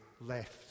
left